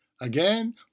Again